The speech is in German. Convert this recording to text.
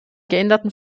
geänderten